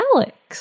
Alex